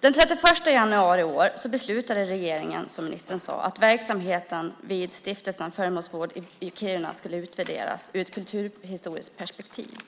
Den 31 januari i år beslutade regeringen, som ministern sade, att verksamheten vid Stiftelsen Föremålsvård i Kiruna skulle utvärderas ur ett kulturhistoriskt perspektiv.